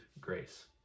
grace